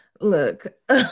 Look